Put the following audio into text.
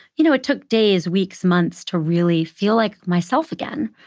you know, it took days, weeks, months to really feel like myself again.